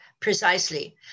precisely